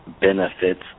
Benefits